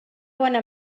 bona